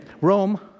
Rome